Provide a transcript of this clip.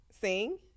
sing